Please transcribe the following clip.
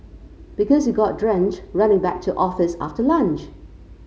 because you got drenched running back to office after lunch